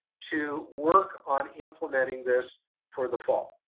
to work on implementing this for the fall.